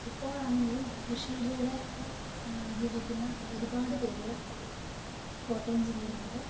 ഇപ്പോഴാണെങ്കിലും കൃഷിയിലൂടെ ജീവിക്കുന്ന ഒരുപാട് പേരുകള് കോട്ടയം ജില്ലയിലുണ്ട്